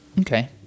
Okay